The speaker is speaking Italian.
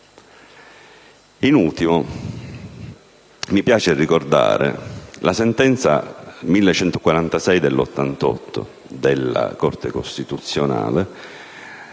In ultimo, mi piace ricordare la sentenza n. 1146 del 1988 della Corte costituzionale,